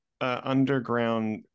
underground